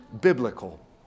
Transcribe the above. biblical